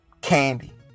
Candy